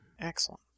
Excellent